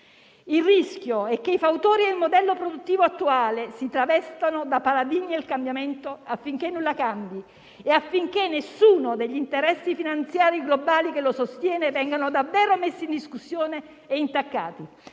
Il rischio è che i fautori del modello produttivo attuale si travestano da paladini del cambiamento affinché nulla cambi e nessuno degli interessi finanziari globali che lo sostiene vengano davvero messi in discussione e intaccati,